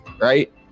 right